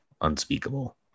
unspeakable